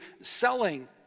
selling